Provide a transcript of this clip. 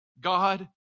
God